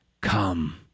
come